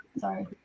Sorry